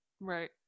Right